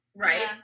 right